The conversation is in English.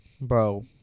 Bro